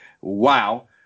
wow